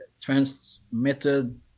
transmitted